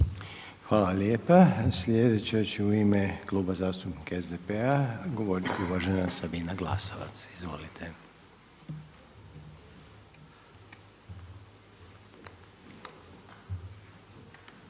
Hvala lijepa. Sljedeća će u ime Kluba zastupnika SDP-a govoriti uvažena Sabina Glasovac. Izvolite.